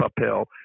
uphill